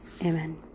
amen